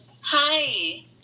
Hi